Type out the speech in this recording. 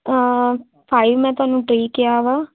five ਮੈਂ ਤੁਹਾਨੂੰ three ਕਿਹਾ ਵਾ